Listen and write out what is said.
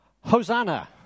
Hosanna